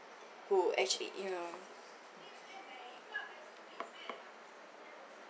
who actually you know